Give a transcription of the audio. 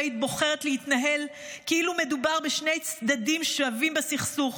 בוחרת להתנהל כאילו מדובר בשני צדדים שווים בסכסוך,